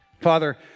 Father